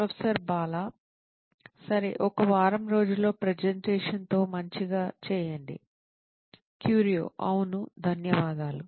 professor Bala సరే ఒక వారం రోజుల్లో ప్రెజెంటేషన్తో మంచిగా చేయండి క్యూరియో అవును ధన్యవాదాలు